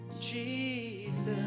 Jesus